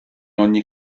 ogni